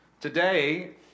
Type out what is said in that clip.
Today